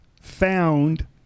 found